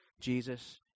Jesus